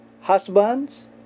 husbands